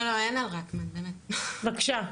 בבקשה.